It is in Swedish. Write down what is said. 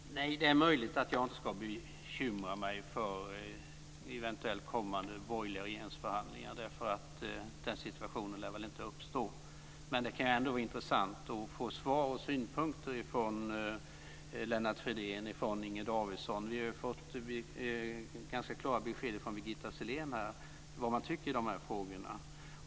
Fru talman! Det är möjligt att jag inte ska bekymra mig för eventuellt kommande borgerliga regeringsförhandlingar - den situationen lär väl inte uppstå. Men det kan ändå vara intressant att få svar och synpunkter från Lennart Fridén och Inger Davidson. Vi har fått ganska klara besked från Birgitta Sellén om vad man tycker i de här frågorna.